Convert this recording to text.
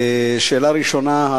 שאלה ראשונה,